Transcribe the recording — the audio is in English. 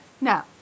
no